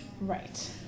Right